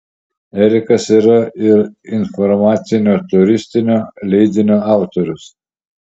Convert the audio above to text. erikas yra ir informacinio turistinio leidinio autorius